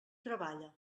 treballa